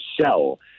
sell